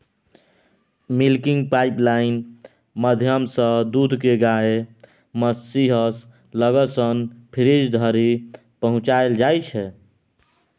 milking pipeline माध्यमसँ दुध केँ गाए महीस लग सँ फ्रीज धरि पहुँचाएल जाइ छै